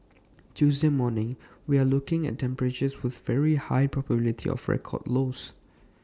Tuesday morning we're looking at temperatures with very high probability of record lows